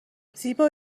زیبا